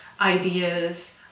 ideas